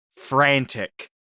frantic